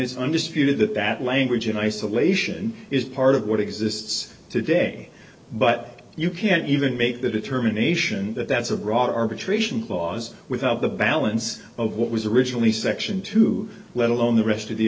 and is undisputed that that language in isolation is part of what exists today but you can't even make the determination that that's a broad arbitration clause without the balance of what was originally section two let alone the rest of the